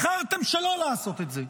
בחרתם שלא לעשות את זה.